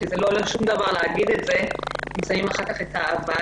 הרי לא עולה שום דבר להגיד את זה ומזהים אחר כך את ה"אבל",